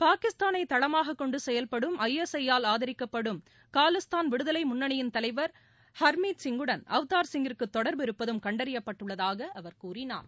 பாகிஸ்தாளை தளமாகக் கொண்டு செயல்படும் ஐஎஸ்ஐ யால் ஆதரிக்கப்படும் காலிஸ்தான் விடுதலை முன்னணியின் தலைவர் ஹர்மீத் சிங்குடன் அவ்தார் சிங்கிற்கு தொடர்பு இருப்பதும் கண்டறியப்பட்டுள்ளதாக அவர் கூறினார்